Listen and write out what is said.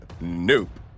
nope